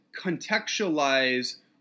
contextualize